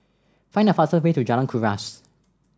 find the fastest way to Jalan Kuras